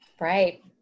Right